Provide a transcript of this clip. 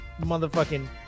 Motherfucking